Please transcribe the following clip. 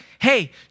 hey